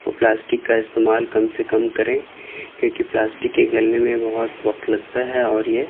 وہ پلاسٹک کا استعمال کم سے کم کریں کیونکہ پلاسٹک کے گلنے میں بہت وقت لگتا ہے اور یہ